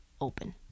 open